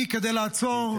כדי לעצור,